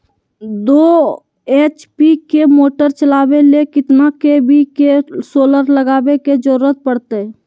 दो एच.पी के मोटर चलावे ले कितना के.वी के सोलर लगावे के जरूरत पड़ते?